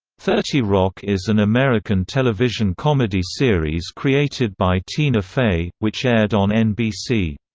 thirty rock is an american television comedy series created by tina fey, which aired on nbc.